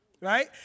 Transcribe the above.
right